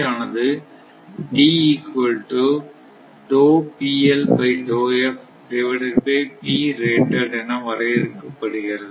D ஆனது என வரையறுக்க படுகிறது